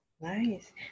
Nice